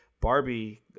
Barbie